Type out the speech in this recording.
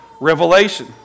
revelation